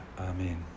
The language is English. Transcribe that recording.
Amen